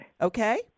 Okay